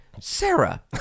Sarah